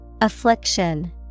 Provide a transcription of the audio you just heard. Affliction